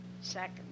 second